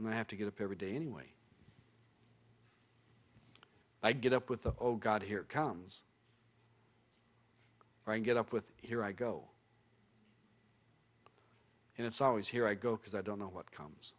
and i have to get up every day anyway i get up with the oh god here comes right get up with here i go and it's always here i go because i don't know what comes